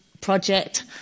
Project